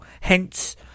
hence